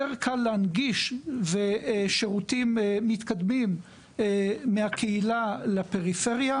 יותר קל להנגיש שירותים מתקדמים מהקהילה לפריפריה.